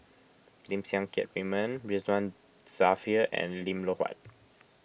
Lim Siang Keat Raymond Ridzwan Dzafir and Lim Loh Huat